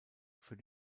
für